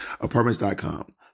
Apartments.com